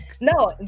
No